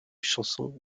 chansons